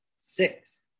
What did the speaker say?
six